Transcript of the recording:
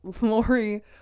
Lori